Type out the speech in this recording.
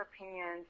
opinions